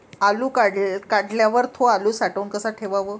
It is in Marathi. आलू काढल्यावर थो आलू साठवून कसा ठेवाव?